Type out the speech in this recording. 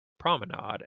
promenade